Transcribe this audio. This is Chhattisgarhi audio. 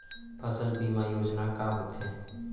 फसल बीमा योजना का होथे?